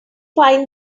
find